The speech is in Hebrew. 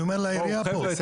אני אומר לעירייה פה,